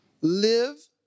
Live